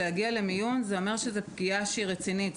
להגיע למיון זה אומר שזוהי פגיעה רצינית.